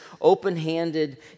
open-handed